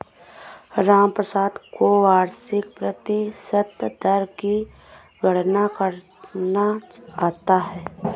रामप्रसाद को वार्षिक प्रतिशत दर की गणना करना आता है